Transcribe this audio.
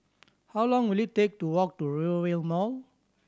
how long will it take to walk to Rivervale Mall